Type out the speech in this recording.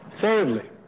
Thirdly